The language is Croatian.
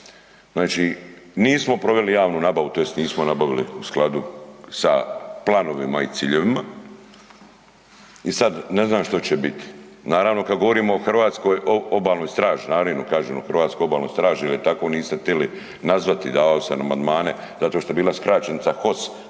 Znači, nismo proveli javnu nabavu tj. nismo nabavili u skladu sa planovima i ciljevima i sad ne znam što će biti. Naravno kad govorimo o hrvatskoj obalnoj straži, namjerno kažem o hrvatskoj obalnoj straži jel je tako niste tili nazvati, davao sam amandmane zato što je bila skraćenica HOS,